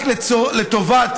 רק לטובת